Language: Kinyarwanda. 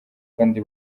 kandi